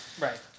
Right